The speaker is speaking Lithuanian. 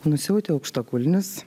nusiauti aukštakulnius